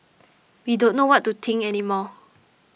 we don't know what to think any more